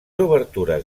obertures